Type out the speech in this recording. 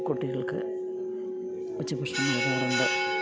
കുട്ടികൾക്ക് ഉച്ചഭക്ഷണം നല്കുന്നുണ്ട്